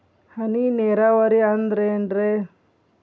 ಹನಿ ನೇರಾವರಿ ಅಂದ್ರೇನ್ರೇ?